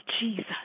Jesus